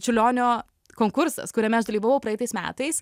čiurlionio konkursas kuriame aš dalyvavau praeitais metais